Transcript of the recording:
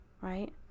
right